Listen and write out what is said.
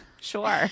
Sure